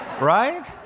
right